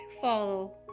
follow